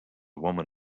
woman